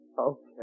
okay